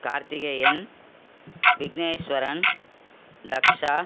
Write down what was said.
Karthikeyan Vigneshwaran Daksha